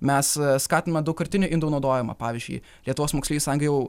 mes skatiname daugkartinių indų naudojimą pavyzdžiui lietuvos moksleivių sąjunga jau